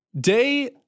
Day